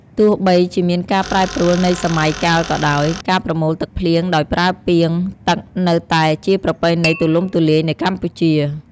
ទោះបីជាមានការប្រែប្រួលនៃសម័យកាលក៏ដោយ ការប្រមូលទឹកភ្លៀងដោយប្រើពាងទឹកនៅតែជាប្រពៃណីទូលំទូលាយនៅកម្ពុជា។